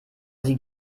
sie